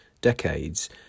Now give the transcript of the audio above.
decades